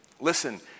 Listen